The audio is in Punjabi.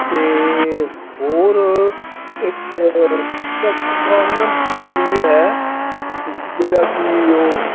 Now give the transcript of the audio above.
ਅਤੇ ਹੋਰ ਇੱਕ ਕ ਕੋਨਵੈਂਟ ਸਕੂਲ ਵੀ ਹੈ ਜਿਹੜਾ ਕਿ ਉਹ